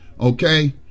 Okay